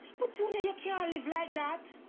but, junior, you can't live like that!